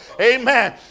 amen